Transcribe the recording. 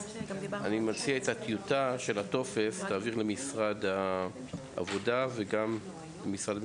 אני מציע שאת הטיוטה של הטופס תעביר למשרד העבודה ולמשרד המשפטים.